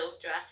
dress